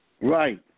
Right